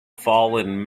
fallen